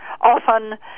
often